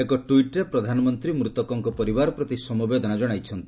ଏକ ଟୁଇଟ୍ରେ ପ୍ରଧାନମନ୍ତ୍ରୀ ମୃତକଙ୍କ ପରିବାର ପ୍ରତି ସମବେଦନା ଜଣାଇଛନ୍ତି